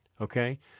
Okay